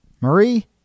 Marie